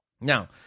Now